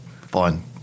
Fine